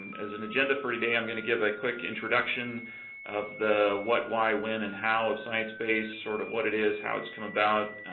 as an agenda for today i'm going to give a quick introduction of the what why when and how of sciencebase, sort of what it is, how it's come about,